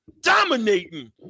dominating